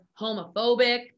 homophobic